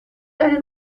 einen